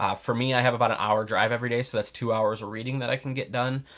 um for me, i have about an hour drive everyday so that's two hours of reading that i can get done.